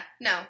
No